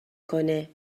کنه